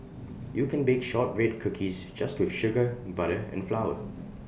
you can bake Shortbread Cookies just with sugar butter and flour